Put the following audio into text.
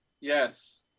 Yes